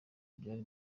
byari